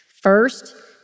First